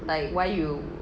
like why you